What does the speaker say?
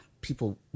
people